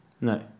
No